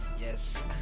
Yes